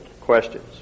questions